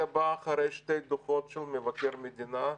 זה בא אחרי שני דוחות של מבקר המדינה,